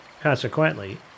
consequently